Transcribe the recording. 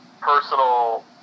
personal